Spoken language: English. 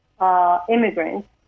immigrants